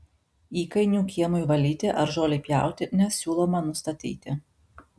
įkainių kiemui valyti ar žolei pjauti nesiūloma nustatyti